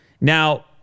Now